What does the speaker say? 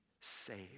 saved